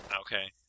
Okay